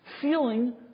feeling